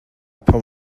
pam